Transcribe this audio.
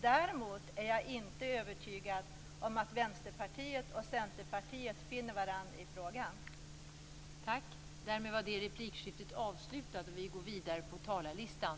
Däremot är jag inte övertygad om att Vänsterpartiet och Centerpartiet finner varandra i frågan.